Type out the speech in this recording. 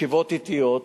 ישיבות עתיות,